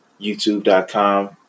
youtube.com